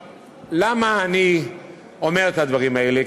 למה אני אומר את הדברים האלה?